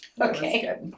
Okay